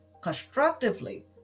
constructively